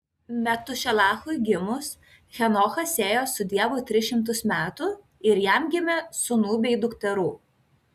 metušelachui gimus henochas ėjo su dievu tris šimtus metų ir jam gimė sūnų bei dukterų